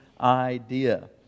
idea